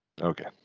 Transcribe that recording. Okay